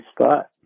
spot